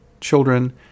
children